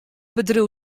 bedriuw